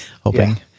hoping